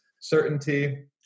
certainty